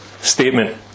statement